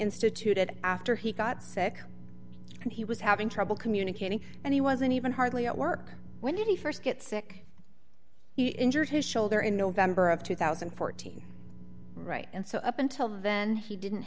instituted after he got sick and he was having trouble communicating and he wasn't even hardly at work when he st get sick he injured his shoulder in november of two thousand and fourteen right and so up until then he didn't